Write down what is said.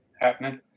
happening